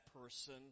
person